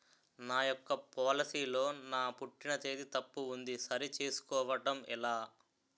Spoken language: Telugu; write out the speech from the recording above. నా యెక్క పోలసీ లో నా పుట్టిన తేదీ తప్పు ఉంది సరి చేసుకోవడం ఎలా?